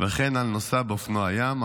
וכן על נוסע באופנוע ים.